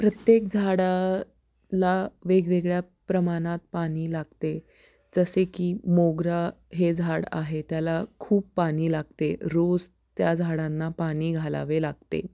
प्रत्येक झाडाला वेगवेगळ्या प्रमाणात पाणी लागते जसे की मोगरा हे झाड आहे त्याला खूप पाणी लागते रोज त्या झाडांना पाणी घालावे लागते